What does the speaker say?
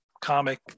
comic